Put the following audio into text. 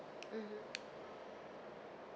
mmhmm